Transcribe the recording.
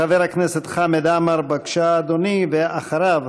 חבר הכנסת חמד עמאר, בבקשה, אדוני, ואחריו,